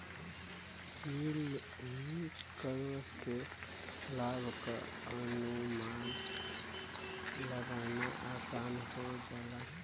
yield curve से लाभ क अनुमान लगाना आसान हो जाला